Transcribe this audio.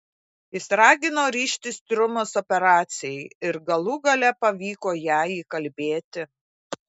jis ragino ryžtis strumos operacijai ir galų gale pavyko ją įkalbėti